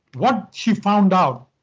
what she found out